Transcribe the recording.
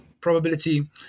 probability